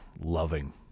loving